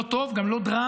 לא טוב, גם לא דרמה.